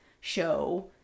show